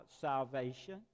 salvation